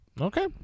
Okay